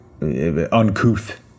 uncouth